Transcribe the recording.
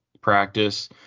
practice